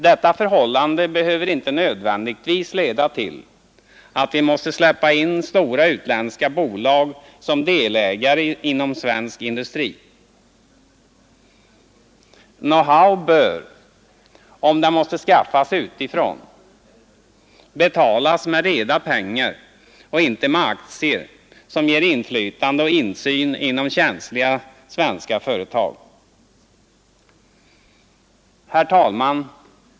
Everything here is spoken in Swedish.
Detta förhållande behöver inte nödvändigtvis leda till att vi måste släppa in stora utländska bolag som delägare inom svensk industri. Know-how bör, om det måste skaffas utifrån, betalas med reda pengar och inte med aktier som ger inflytande och insyn inom känsliga svenska företag. Herr talman!